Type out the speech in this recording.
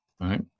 right